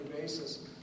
basis